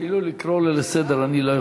אפילו לקרוא אותו לסדר אני לא יכול.